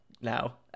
now